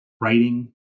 writing